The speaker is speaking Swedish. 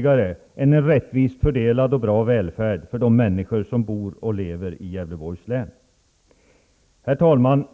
er än en rättvist fördelad och bra välfärd för de människor som lever och bor i Gävleborgs län? Herr talman!